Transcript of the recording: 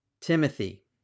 Timothy